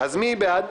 מי בעד?